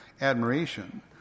admiration